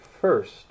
first